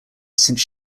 since